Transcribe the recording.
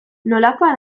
nolakoa